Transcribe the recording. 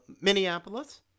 Minneapolis